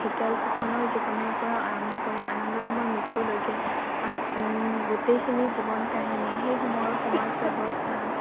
ঢেকিয়াল ফুকনৰ জীৱনৰ পৰা আৰম্ভ কৰি আনন্দৰামৰ মৃত্যুলৈকে গোটেইখিনি জীৱন কাহিনী সেই সময়ৰ সমাজ ব্যৱস্থা